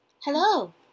Hello